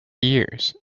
years